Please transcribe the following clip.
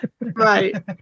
Right